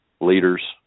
leaders